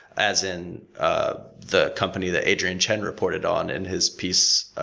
as in the company that adrian chen reported on in his piece,